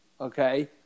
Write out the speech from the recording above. Okay